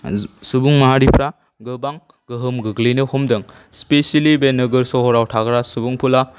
सुबुं माहारिफोरा गोबां गोहोम गोग्लैनो हमदों स्पेसियेलि बे नोगोर सहराव थाग्रा सुबुंफोरा